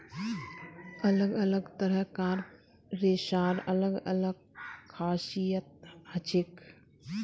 अलग अलग तरह कार रेशार अलग अलग खासियत हछेक